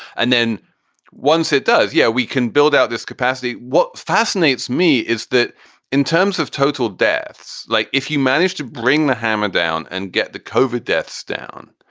and then once it does, yeah, we can build out this capacity. what fascinates me is that in terms of total deaths, like if you manage to bring the hammer down and get the kohver deaths down,